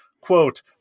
quote